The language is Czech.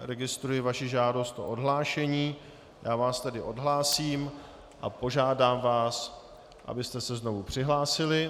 Registruji vaši žádost o odhlášení, já vás tedy odhlásím a požádám vás, abyste se znovu přihlásili.